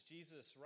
Jesus